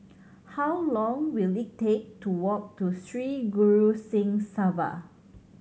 how long will it take to walk to Sri Guru Singh Sabha